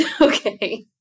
Okay